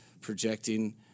projecting